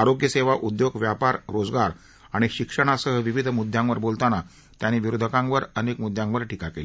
आरोग्य सेवा उद्योग व्यापार रोजगार आणि शिक्षणासह विविध मुद्यांवर बोलताना त्यांनी विरोधकांवर अनेक मुद्यांवर टीका केली